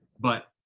but,